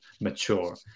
mature